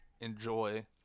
enjoy